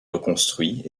reconstruit